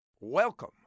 Welcome